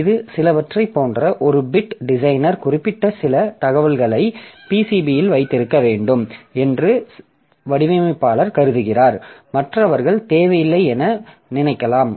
இது சிலவற்றைப் போன்ற ஒரு பிட் டிசைனர் குறிப்பிட்ட சில தகவல்களை PCBயில் வைத்திருக்க வேண்டும் என்று வடிவமைப்பாளர் கருதுகிறார் மற்றவர்கள் தேவையில்லை என நினைக்கலாம்